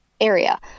area